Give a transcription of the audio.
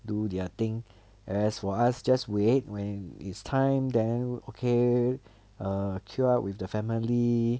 do their thing as for us just wait when it's time then okay err chill out with their family